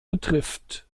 betrifft